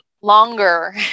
longer